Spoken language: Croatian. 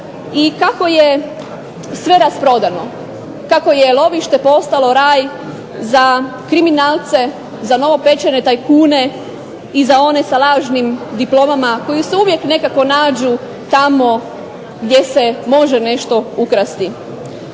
i kako je sve rasprodano, kako je lovište postalo raj za kriminalce, za novopečene tajkune, i za one sa lažnim diplomama koji se uvijek nekako nađu tamo gdje se može nešto ukrasti.